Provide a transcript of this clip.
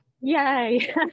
yay